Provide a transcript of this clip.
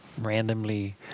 randomly